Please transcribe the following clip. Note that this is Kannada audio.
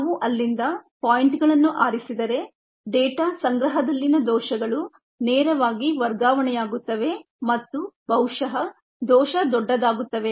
ನಾವು ಅಲ್ಲಿಂದ ಪಾಯಿಂಟ್ಗಳನ್ನು ಆರಿಸಿದರೆ ಡೇಟಾ ಸಂಗ್ರಹದಲ್ಲಿನ ದೋಷಗಳು ನೇರವಾಗಿ ವರ್ಗಾವಣೆಯಾಗುತ್ತವೆ ಮತ್ತು ಬಹುಶಃ ದೋಷ ದೊಡ್ಡದಾಗುತ್ತವೆ